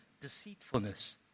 deceitfulness